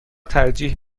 ترجیح